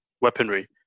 weaponry